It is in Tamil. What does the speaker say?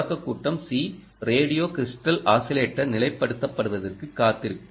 தொடக்க கட்டம் c ரேடியோ க்றிஸ்டல் ஆஸிலேட்டர் நிலைப்படுத்துவதற்கு காத்திருக்கும்